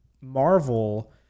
marvel